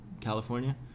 California